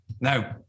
Now